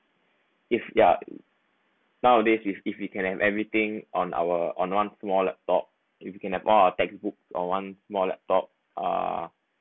if ya nowadays with if we can have everything on our on one small laptop if you can have one textbook or one more laptop uh